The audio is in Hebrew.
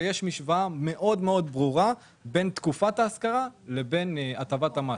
יש משוואה מאוד ברורה בין תקופת ההשכרה לבין הטבת המס.